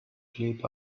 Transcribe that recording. sleep